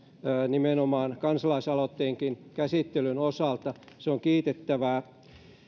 nimenomaan kansalaisaloitteenkin käsittelyn osalta se on kiitettävää